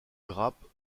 grappes